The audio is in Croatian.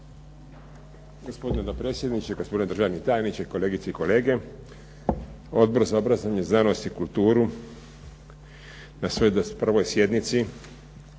Gospodine potpredsjedniče, gospodine državni tajniče. Kolegice i kolege. Odbor za obrazovanje, znanost i kulturu na svojoj 21. sjednici